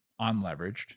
unleveraged